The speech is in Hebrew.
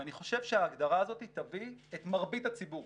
אני חושב שההגדרה הזאת תביא את מרבית הציבור